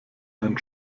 einen